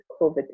COVID